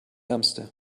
ärmste